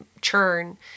churn